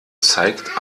zeigt